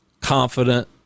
confident